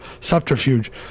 subterfuge